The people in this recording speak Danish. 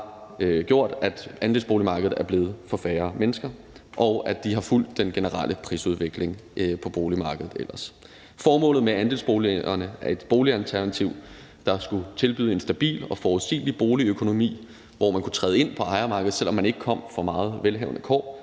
har gjort, at andelsboligmarkedet er blevet for færre mennesker, og at de har fulgt den generelle prisudvikling på boligmarkedet. Formålet med andelsboligerne som et boligalternativ, der skulle tilbyde en stabil og forudsigelig boligøkonomi, hvor man kunne træde ind på ejermarkedet, selv om man ikke kom fra meget velhavende kår,